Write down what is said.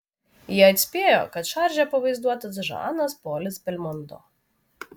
jie atspėjo kad šarže pavaizduotas žanas polis belmondo